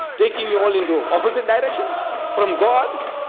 taking you all into opposite directions from god